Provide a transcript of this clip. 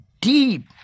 deep